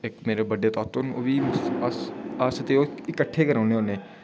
इक मेरे बड्डे तातो न ओह् बी अस अस ते ओह् इकट्ठे गै रौहन्ने होन्नें